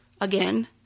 Again